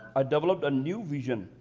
ah developed a new vision,